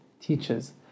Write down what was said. teaches